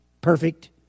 perfect